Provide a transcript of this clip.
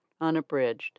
Unabridged